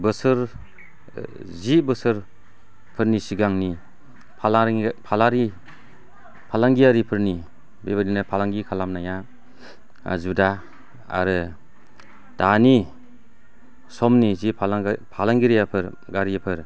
बोसोर जि बोसोर फोरनि सिगांनि फालांगियारिफोरनि बेबायदिनो फालांगि खालामनाया जुदा आरो दानि समनि जि फालांगिरि फालांगिरियाफोर गारिफोर